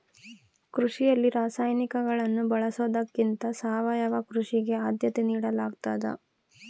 ಕೃಷಿಯಲ್ಲಿ ರಾಸಾಯನಿಕಗಳನ್ನು ಬಳಸೊದಕ್ಕಿಂತ ಸಾವಯವ ಕೃಷಿಗೆ ಆದ್ಯತೆ ನೇಡಲಾಗ್ತದ